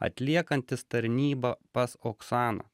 atliekantis tarnyba pas oksaną